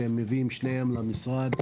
שהם מביאים שניהם למשרד.